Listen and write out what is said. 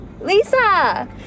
Lisa